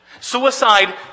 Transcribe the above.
Suicide